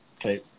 Okay